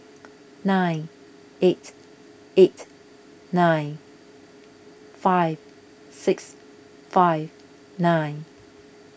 nine eight eight nine five six five nine